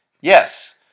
Yes